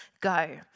go